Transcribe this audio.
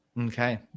Okay